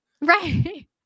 right